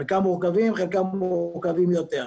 חלקם מורכבים, חלקם מורכבים יותר.